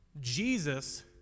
Jesus